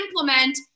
implement